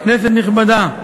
כנסת נכבדה,